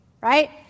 right